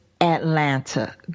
Atlanta